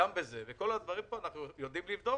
את כל הדברים פה אנחנו יודעים לבדוק,